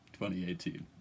2018